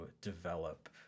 develop